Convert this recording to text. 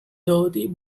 dorothy